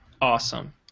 Awesome